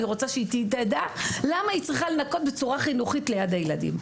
אני רוצה שהיא תדע למה היא צריכה לנקות בצורה חינוכית ליד הילדים.